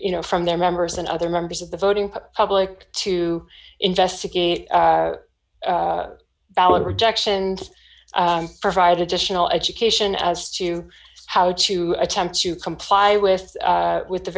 you know from their members and other members of the voting public to investigate ballot rejection and provide additional education as to how to attempt to comply with with the